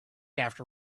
after